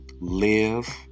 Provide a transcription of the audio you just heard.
Live